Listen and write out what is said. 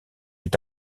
est